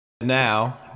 Now